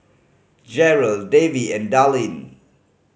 Jarrell Davy and Dallin